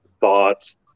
thoughts